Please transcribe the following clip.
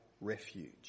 refuge